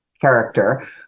character